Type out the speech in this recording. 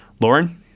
Lauren